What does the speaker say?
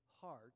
heart